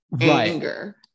anger